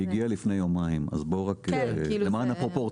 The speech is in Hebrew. היא הגיעה לפני יומיים אז בואו רק למען הפרופורציה.